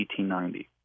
1890